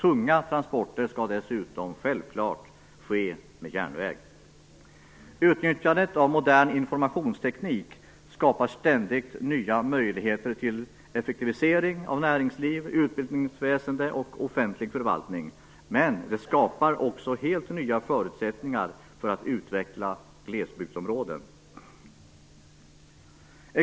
Tunga transporter skall dessutom självklart ske med järnväg. Utnyttjandet av modern informationsteknik skapar ständigt nya möjligheter till effektivisering av näringsliv, utbildningsväsende och offentlig förvaltning. Men det skapar också helt nya förutsättningar för att utveckla glesbygdsområden.